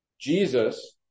Jesus